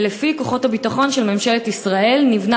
לפי כוחות הביטחון של ממשלת ישראל נבנה